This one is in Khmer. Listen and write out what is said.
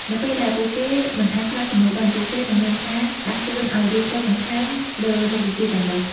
នៅពេលដែលពួកគេមិនអាចឆ្លើយសំណួរបាន ពួកគេនឹងមានការដាស់តឿនឲ្យរៀនសូត្របន្ថែមលើមុខវិជ្ជាទាំងនោះ។